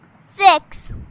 Six